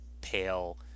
pale